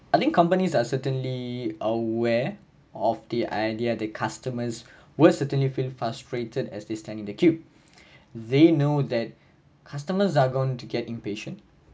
I think companies are certainly aware of the idea the customers will certainly feel frustrated as they standing the queue they know that customers are going to get impatient